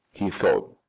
he thought.